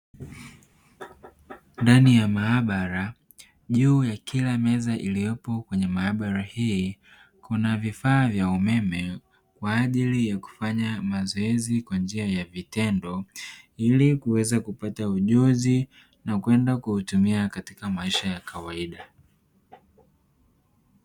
Ndani ya maabara juu ya kila meza iliyopo kwenye maabara hii kuna vifaa vya umeme kwa ajili ya kufanya mazoezi kwa njia ya vitendo ili kuweza kupata ujuzi na kwenda kuutumia katika maisha ya kawaida.